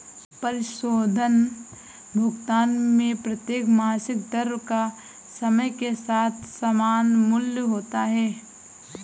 परिशोधन भुगतान में प्रत्येक मासिक दर का समय के साथ समान मूल्य होता है